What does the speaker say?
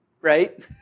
right